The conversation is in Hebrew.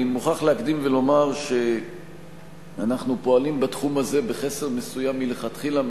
אני מוכרח להקדים ולומר שאנחנו פועלים בתחום הזה בחסר מסוים מלכתחילה,